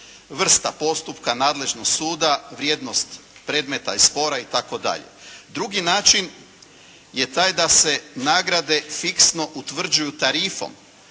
vrsta postupka, nadležnost suda, vrijednost predmeta iz spora itd. Drugi način je taj da se nagrade fiksno utvrđuju tarifom.